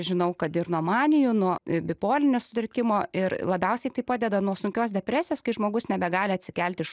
žinau kad ir nuo manijų nuo bipolinio sutrikimo ir labiausiai tai padeda nuo sunkios depresijos kai žmogus nebegali atsikelti iš